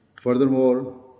Furthermore